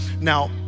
Now